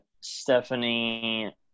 Stephanie